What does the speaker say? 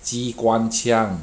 机关枪